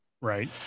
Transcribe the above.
Right